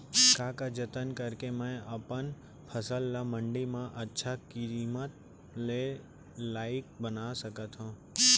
का का जतन करके मैं अपन फसल ला मण्डी मा अच्छा किम्मत के लाइक बना सकत हव?